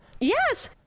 Yes